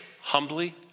humbly